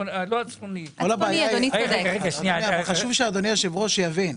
חשוב שאדוני היושב-ראש יבין,